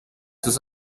sus